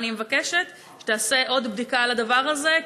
אני מבקשת שתעשה עוד בדיקה על הדבר הזה,